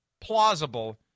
plausible